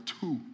two